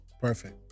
perfect